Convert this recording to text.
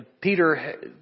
Peter